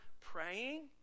praying